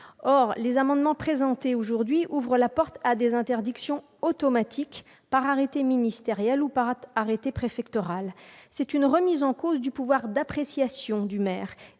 Or les amendements présentés aujourd'hui ouvrent la porte à une interdiction automatique par arrêté ministériel ou par arrêté préfectoral. C'est une remise en cause du pouvoir d'appréciation du maire